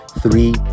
Three